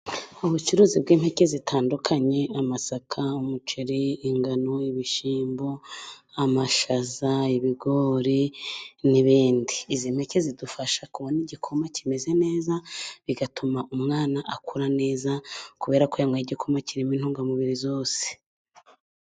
Ubucuruzi bw'impeke zitandukanye :amasaka, umuceri ,ingano ibishyimbo, amashaza, ibigori n'ibindi ,izi mpeke zidufasha kubona igikoma kimeze neza bigatuma umwana akura neza kubera ko yanyoye igikoma kirimo intungamubiri zose.